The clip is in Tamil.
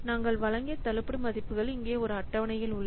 நாங்கள் வழங்கிய தள்ளுபடி மதிப்புகள் இங்கே ஒரு அட்டவணையில் உள்ளது